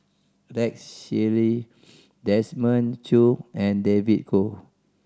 Rex Shelley Desmond Choo and David Kwo